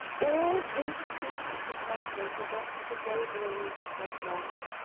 all insufficient defenses against the vagaries of life.